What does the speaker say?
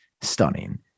stunning